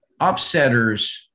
upsetters